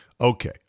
Okay